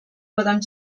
poden